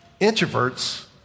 Introverts